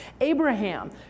Abraham